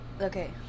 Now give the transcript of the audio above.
okay